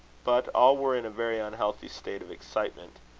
but all were in a very unhealthy state of excitement.